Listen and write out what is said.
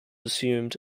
assumed